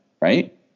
Right